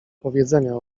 powiedzenia